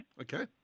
Okay